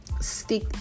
stick